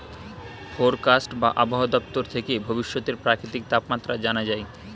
forecast বা আবহাওয়া দপ্তর থেকে ভবিষ্যতের প্রাকৃতিক তাপমাত্রা জানা যায়